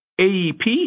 AEP